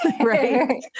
Right